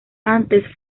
antes